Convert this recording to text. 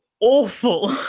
awful